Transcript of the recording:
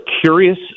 curious